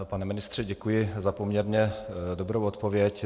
Pane ministře, děkuji za poměrně dobrou odpověď.